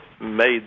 made